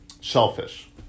shellfish